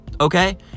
okay